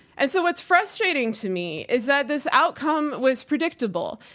and so what's frustrating to me is that this outcome was predictable.